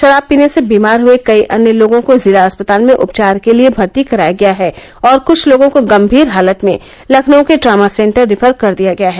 शराब पीने से बीमार हुए कई अन्य लोगों को जिला अस्पताल में उपचार के लिये भर्ती कराया गया हैं और कुछ लोगों को गंभीर हालत में लखनऊ के ट्रामा सेंटर रिफ़र कर दिया गया है